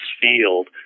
field